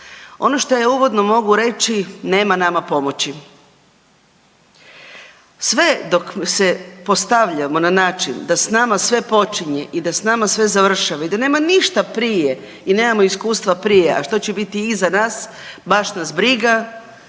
Ono što ja uvodno mogu reći, nema nama pomoći. Sve dok se postavljamo na način da s nama sve počinje i da s nama sve završava i da nema ništa prije i nemamo iskustva prije, a što će biti iza nas, baš nas briga,